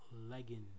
leggings